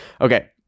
okay